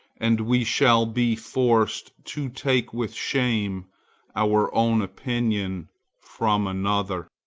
and we shall be forced to take with shame our own opinion from another.